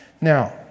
Now